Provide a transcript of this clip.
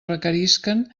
requerisquen